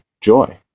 joy